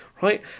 Right